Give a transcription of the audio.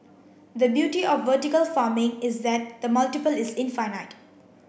the beauty of vertical farming is that the multiple is infinite